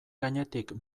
gainetik